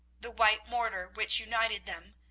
the white mortar which united them,